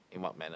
in what manner